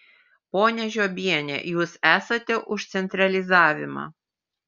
ponia žiobiene jūs esate už centralizavimą